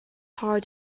hard